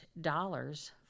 dollars